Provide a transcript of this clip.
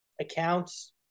accounts